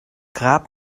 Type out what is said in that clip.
grab